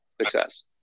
success